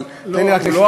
אבל תן לי רק לסיים.